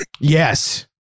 yes